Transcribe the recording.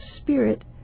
spirit